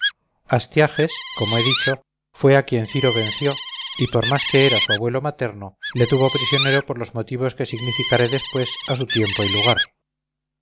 astiages como he dicho fue a quien ciro venció y por más que era su abuelo materno le tuvo prisionero por los motivos que significaré después a su tiempo y lugar